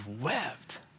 wept